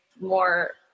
more